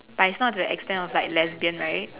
but it's not to the extend of like lesbian right